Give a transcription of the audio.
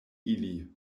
ili